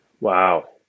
Wow